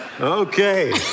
Okay